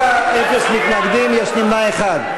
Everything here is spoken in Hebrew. בעד, 84, אפס מתנגדים ויש נמנע אחד.